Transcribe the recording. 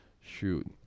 Shoot